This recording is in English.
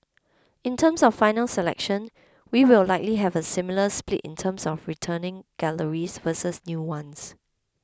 in terms of final selection we will likely have a similar split in terms of returning galleries versus new ones